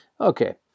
Okay